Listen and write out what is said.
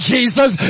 Jesus